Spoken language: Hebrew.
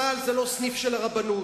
צה"ל זה לא סניף של הרבנות.